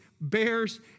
bears